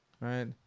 right